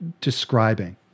describing